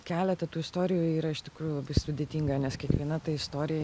keletą tų istorijų yra iš tikrųjų labai sudėtinga nes kiekviena ta istorija